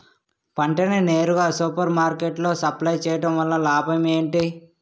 పంట ని నేరుగా సూపర్ మార్కెట్ లో సప్లై చేయటం వలన లాభం ఏంటి?